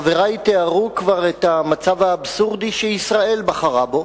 חברי תיארו כבר את המצב האבסורדי שישראל בחרה בו: